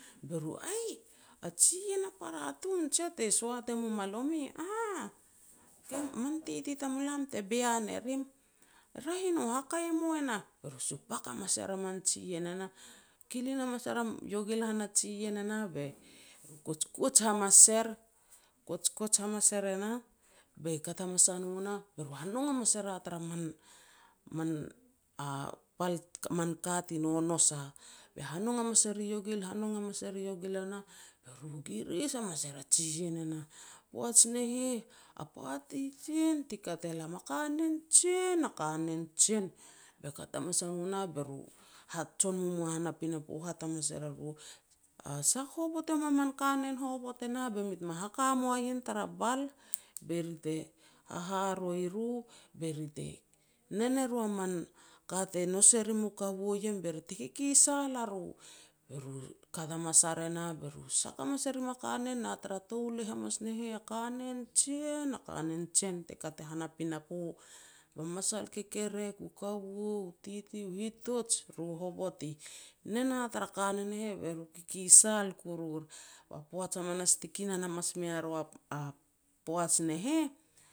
be ru, "Aih! a jiien a para tun jiah te soat e mum a lomi", "Aah, ka man tete tamulam te bean e rim." "Raeh e no, hakei e mue nah." Be ru supak hamas er a man jiien e nah, kilin hamas er iogil ni hana jiien e nah, be ru kuej kuej hamas er, kuej kuej hamas er e nah, be kat hamas a no nah, be ru hanong hamas erea tara man-man a pal man ka ti nonous a. Be hanong hamas e ri iogil hanong hamas e ri iogil e nah, be ru giris hamas er a jiien e nah. Poaj ne heh, a party jen ti kat elam, a kanen jen, a kanen jen. Be kat hamas a no nah, be ru hat jon momoa ni hana a pinapo hat hamas er eru, "Sak hovot e mum a man kanen hovot e nah, be mi teme haka mua ien tara bal, be ri te haharoi ru be ri te nen e ru a man ka te nous e rim u kaua ien be ri te kikisal aro". Be ru kat hamas ar e nah, be ru sak hamas e rim a kanen nah. Na tara touleh hamas ne heh, a kanen jen, a kanen jen, te kat i han a pinapo. Masal u kekerek u kaua, u tete u hitoj ru hovot ti nen a tara kanen ne heh, b eru kikisal kurur. Ba poaj hamanas ti kinan hamas mea ru a poaj ne heh,